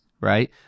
right